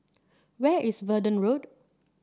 where is Verdun Road